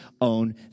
own